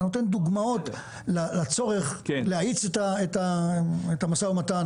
אתה נותן דוגמאות לצורך בהאצת המשא ומתן,